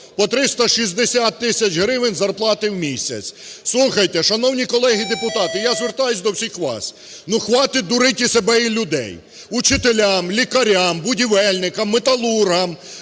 По 360 тисяч гривень зарплати в місяць. Слухайте, шановні колеги депутати, я звертаюсь до всіх вас, ну, хватить дурить і себе, і людей. Учителям, лікарям, будівельниками, металургам